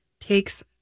takes